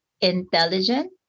intelligent